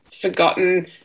forgotten